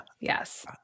Yes